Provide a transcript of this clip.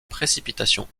précipitations